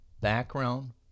background